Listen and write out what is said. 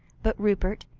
but rupert,